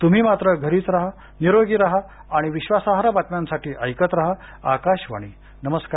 तूम्ही मात्र शक्यतो घरीच राहा निरोगी राहा आणि विश्वासार्ह बातम्यांसाठी ऐकत राहा आकाशवाणी नमस्कार